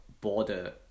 border